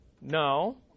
No